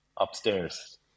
upstairs